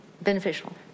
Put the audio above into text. beneficial